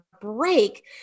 break